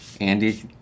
Andy